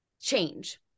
change